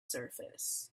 surface